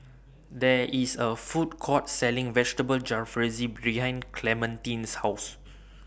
There IS A Food Court Selling Vegetable Jalfrezi behind Clementine's House